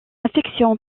affection